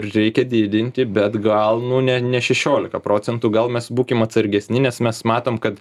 reikia didinti bet gal nu ne ne šešiolika procentų gal mes būkim atsargesni nes mes matom kad